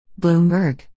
Bloomberg